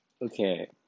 Okay